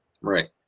Right